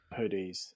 hoodies